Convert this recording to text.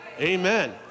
Amen